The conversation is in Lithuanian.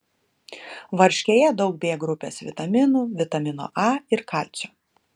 varškėje daug b grupės vitaminų vitamino a ir kalcio